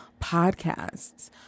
Podcasts